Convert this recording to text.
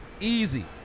easy